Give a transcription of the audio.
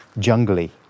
jungly